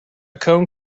cone